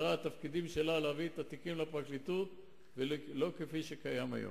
התפקיד של המשטרה הוא להביא את התיקים לפרקליטות ולא כפי שקיים היום.